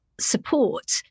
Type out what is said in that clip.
support